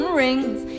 rings